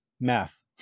math